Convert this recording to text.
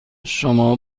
شما